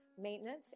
maintenance